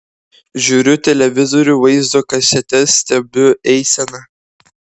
žiūriu televizorių vaizdo kasetes stebiu eiseną